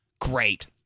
Great